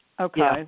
Okay